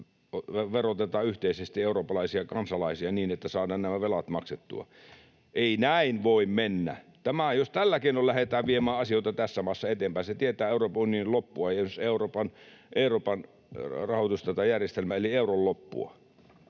ja verotetaan yhteisesti eurooppalaisia kansalaisia niin, että saadaan nämä velat maksettua. Ei näin voi mennä. Jos tällä keinoin lähdetään viemään asioita tässä maassa eteenpäin, se tietää Euroopan unionin loppua ja esimerkiksi Euroopan rahoitusjärjestelmän eli euron loppua.